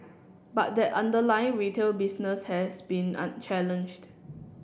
but that underlying retail business has been unchallenged